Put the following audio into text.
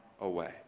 Away